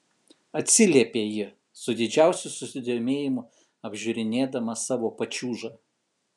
atsiliepė ji su didžiausiu susidomėjimu apžiūrinėdama savo pačiūžą